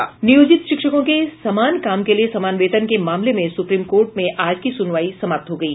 नियोजित शिक्षकों के समान काम के लिए समान वेतन के मामले में सुप्रीम कोर्ट में आज की सुनवाई समाप्त हो गयी